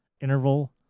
interval